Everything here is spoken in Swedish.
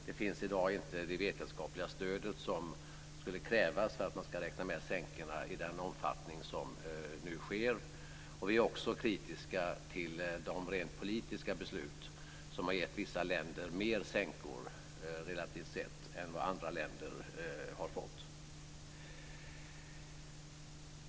Det finns i dag inte det vetenskapliga stödet som skulle krävas för att man skulle räkna med sänkorna i den omfattning som nu sker. Vi är också kritiska till de rent politiska beslut som har gett vissa länder mer sänkor relativt sett än vad andra länder har fått.